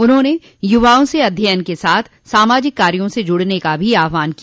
उन्होंने युवाओं से अध्ययन के साथ सामाजिक कार्यो से जुड़ने का भी आहवान किया